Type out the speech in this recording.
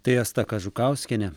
tai asta kažukauskienė